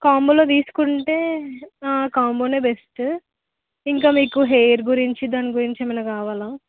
కాంబోలో తీసుకుంటే ఆ కాంబోనే బెస్ట్ ఇంకా మీకు హెయిర్ గురించి ఇంకా దాని గురించి ఏమైనా కావాలా